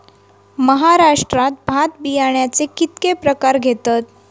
महाराष्ट्रात भात बियाण्याचे कीतके प्रकार घेतत?